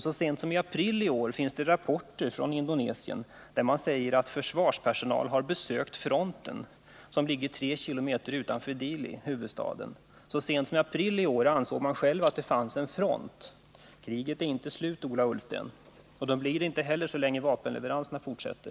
Så sent som i april i år fanns det rapporter från Indonesien där det sades att försvarspersonal hade besökt ”fronten”, som ligger 3 km utanför huvudstaden Dili. I april i år ansåg alltså Indonesien att det fanns en front. Kriget är inte slut, Ola Ullsten. Och det kommer inte att ta slut så länge vapenleveranserna fortsätter.